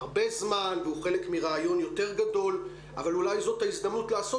הרבה זמן והוא חלק מרעיון יותר גדול אבל זאת ההזדמנות לעשות,